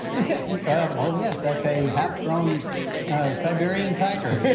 is that well, yes, that's a half-grown siberian tiger, yeah.